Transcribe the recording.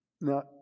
Now